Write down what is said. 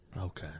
Okay